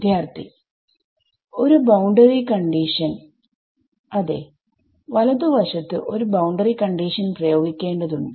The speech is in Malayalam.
വിദ്യാർത്ഥി ഒരു ബൌണ്ടറി കണ്ടിഷൻ അതെ വലത് വശത്തു ഒരു ബൌണ്ടറി കണ്ടിഷൻ പ്രയോഗിക്കേണ്ടതുണ്ട്